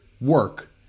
work